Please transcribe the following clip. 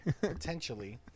Potentially